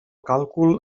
càlcul